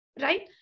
right